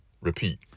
repeat